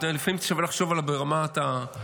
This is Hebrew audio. אתם יודעים, לפעמים שווה לחשוב עליו ברמת ההמשגה.